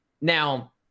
Now